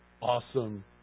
awesome